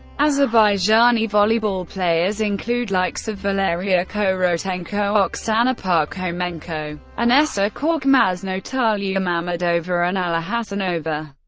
azerbaijani volleyball players include likes of valeriya korotenko, oksana parkhomenko, inessa korkmaz, natalya mammadova and alla hasanova.